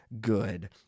good